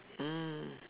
mm